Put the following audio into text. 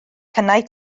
cynnau